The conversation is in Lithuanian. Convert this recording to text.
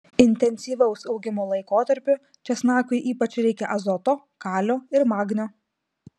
intensyvaus augimo laikotarpiu česnakui ypač reikia azoto kalio ir magnio